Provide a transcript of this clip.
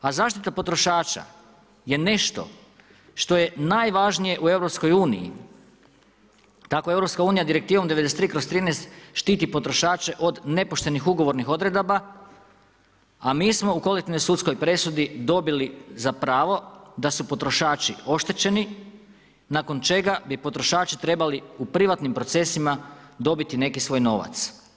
A zaštita potrošača je nešto što je najvažnije u EU, tako je EU direktivom 93/13 štiti potrošače od nepoštenih ugovornih odredaba, a mi smo u kolektivnoj sudskoj presudi dobili za pravo da su potrošači oštećeni nakon čega bi potrošači trebali u privatnim procesima dobiti neki svoj novac.